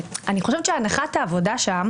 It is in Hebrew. הבענו צער ונחמה למשפחות על ההרוגים בשבוע